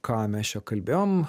ką mes čia kalbėjom